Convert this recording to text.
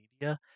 media